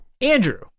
Andrew